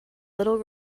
little